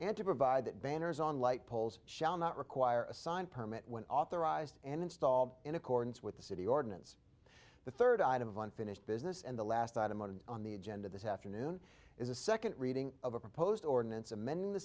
and to provide that banners on light poles shall not require a signed permit when authorized and installed in accordance with the city ordinance the third item of unfinished business and the last item on on the agenda this afternoon is a second reading of a proposed ordinance amending the